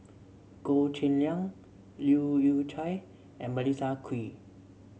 Goh Cheng Liang Leu Yew Chye and Melissa Kwee